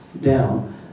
down